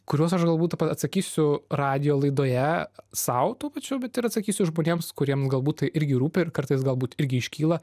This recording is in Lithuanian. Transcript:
kuriuos aš galbūt atsakysiu radijo laidoje sau tuo pačiu bet ir atsakysiu žmonėms kuriems galbūt irgi rūpi ir kartais galbūt irgi iškyla